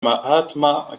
mahatma